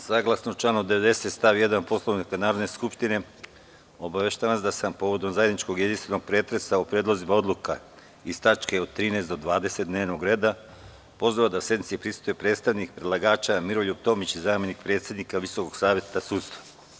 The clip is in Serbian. Saglasno članu 90. stav 1. Poslovnika Narodne skupštine, obaveštavam vas da sam povodom zajedničkog jedinstvenog pretresa o predlozima odluka iz tačke od 13. do 20. dnevnog reda pozvao da sednici prisustvuje predstavnik predlagača Miroljub Tomić, zamenik predsednika Visokog saveta sudstva.